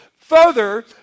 Further